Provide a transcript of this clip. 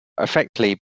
effectively